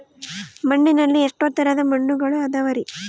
ಮಣ್ಣಿನಲ್ಲಿ ಎಷ್ಟು ತರದ ಮಣ್ಣುಗಳ ಅದವರಿ?